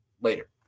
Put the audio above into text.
later